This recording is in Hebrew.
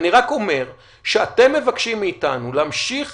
אני רק אומר, שאתם מבקשים מאתנו להמשיך